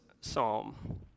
psalm